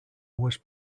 was